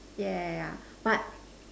yeah yeah yeah yeah yeah but